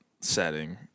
setting